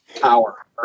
power